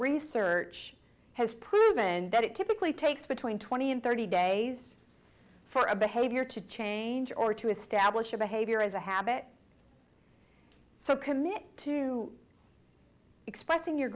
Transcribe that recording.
research has proven that it typically takes between twenty and thirty days for a behavior to change or to establish a behavior as a habit so commit to expressing your